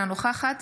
אינה נוכחת